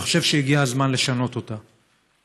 ואני חושב שהגיע הזמן לשנות אותה,